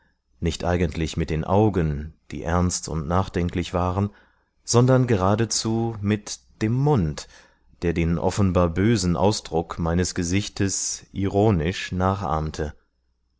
nicht eigentlich mit den augen die ernst und nachdenklich waren sondern geradezu mit dem mund der den offenbar bösen ausdruck meines gesichtes ironisch nachahmte